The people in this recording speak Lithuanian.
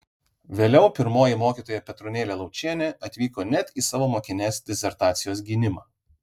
vėliau pirmoji mokytoja petronėlė laučienė atvyko net į savo mokinės disertacijos gynimą